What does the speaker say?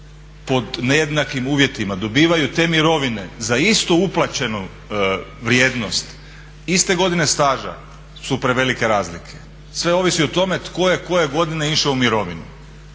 pod nejednakim uvjetima, dobivaju te mirovine za istu uplaćenu vrijednost, iste godine staža su prevelike razlike. Sve ovisi o tome tko je koje godine išao u mirovinu.